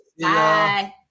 Bye